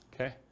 Okay